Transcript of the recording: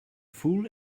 fool